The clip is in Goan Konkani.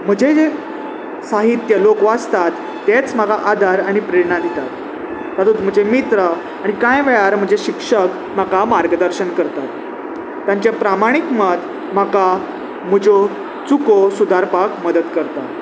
म्हजे जे साहित्य लोक वाचतात तेच म्हाका आदार आनी प्रेरणा दितात तातूंत म्हजे मित्र आनी कांय वेळार म्हजे शिक्षक म्हाका मार्गदर्शन करतात तांचे प्रामाणीक मत म्हाका म्हज्यो चुको सुदारपाक मदत करता